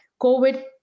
covid